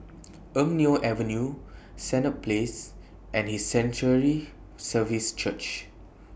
Eng Neo Avenue Senett Place and His Sanctuary Services Church